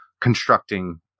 constructing